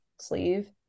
sleeve